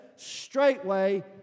Straightway